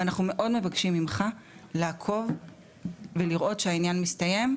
ואנחנו מאוד מבקשים ממך לעקוב ולראות שהעניין מסתיים,